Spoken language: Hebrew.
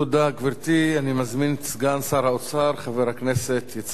אני מזמין את סגן שר האוצר חבר הכנסת יצחק כהן,